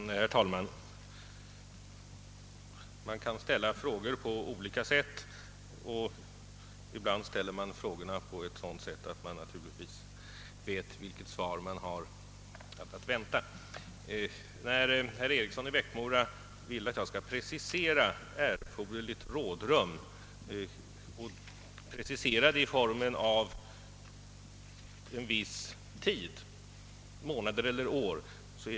Herr talman! Man kan ställa frågor på olika sätt, och ibland ställer man frågorna på ett sådant sätt att man naturligtvis vet vilket svar som är att vänta. Herr Eriksson i Bäckmora vill att jag skall precisera begreppet »erforderligt rådrum» och detta i form av en viss tid i månader eller år.